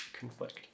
conflict